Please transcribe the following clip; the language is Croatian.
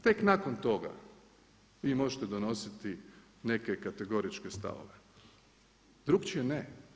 Tek nakon toga vi možete donositi neke kategoričke stavove, drukčije ne.